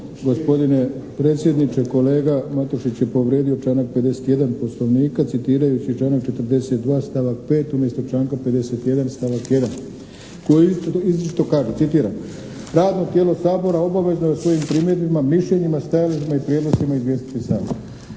Gospodine predsjedniče, kolega Matušić je povrijedio članak 51. Poslovnika citirajući članak 42. stavak 5. umjesto članka 51. stavak 1. koji izričito kaže, citiram: "Radno tijelo Sabora obavezno je o svojim primjedbama, mišljenjima, stajalištima i prijedlozima izvijestiti